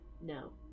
no